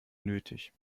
nötig